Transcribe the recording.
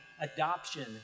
adoption